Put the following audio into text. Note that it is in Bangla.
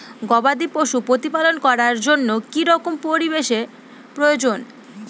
গবাদী পশু প্রতিপালন করার জন্য কি রকম পরিবেশের প্রয়োজন?